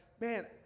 man